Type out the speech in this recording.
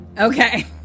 Okay